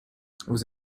vous